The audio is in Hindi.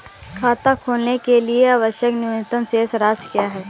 खाता खोलने के लिए आवश्यक न्यूनतम शेष राशि क्या है?